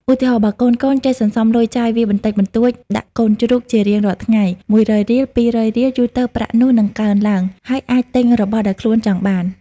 ឧទាហរណ៍ បើកូនៗចេះសន្សំលុយចាយវាយបន្តិចបន្តួចដាក់កូនជ្រូកជារៀងរាល់ថ្ងៃ ១០០រៀល ២០០រៀល យូរទៅប្រាក់នោះនឹងកើនឡើង ហើយអាចទិញរបស់ដែលខ្លួនចង់បាន។